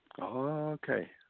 Okay